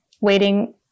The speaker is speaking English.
waiting